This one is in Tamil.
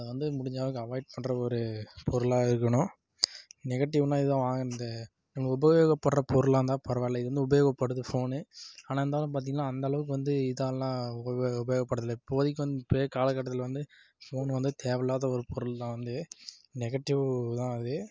அதை வந்து முடிஞ்ச அளவுக்கு அவாய்ட் பண்ற ஒரு பொருளாக இருக்கணும் நெகட்டிவ்னால் இதுதான் வாங்கினது நம்ம உபயோகப்படுற பொருளாக இருந்தால் பரவாயில்ல இது வந்து உபயோகப்படுது ஃபோனு ஆனால் இருந்தாலும் பார்த்தீங்கள்னா அந்தளவுக்கு வந்து இதாலாம் உப உபயோகப்படலை இப்போதைக்கு வந்து இப்போது இருக்க காலகட்டத்தில் வந்து ஃபோனு வந்து தேவையில்லாத ஒரு பொருள் தான் வந்து நெகட்டிவ் தான் அது